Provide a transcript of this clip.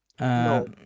No